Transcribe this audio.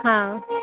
हाँ